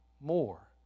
More